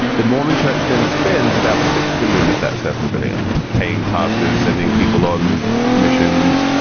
the mormon church then spends about six billion of that seven billion paying pastors, sending people on missions,